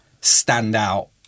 standout